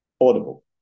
Audible